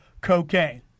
cocaine